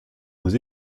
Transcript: aux